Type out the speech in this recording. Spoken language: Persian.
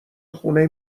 خونه